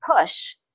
push